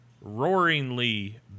Roaringly